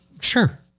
Sure